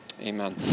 Amen